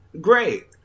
Great